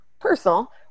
personal